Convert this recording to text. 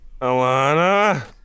Alana